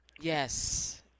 Yes